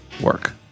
work